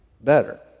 better